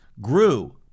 grew